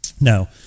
Now